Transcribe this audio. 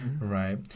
right